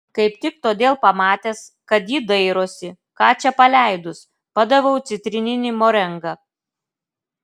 kaip tik todėl pamatęs kad ji dairosi ką čia paleidus padaviau citrininį morengą